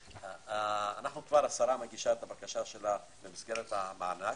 השרה מגישה את בקשתה במסגרת המענק.